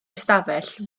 ystafell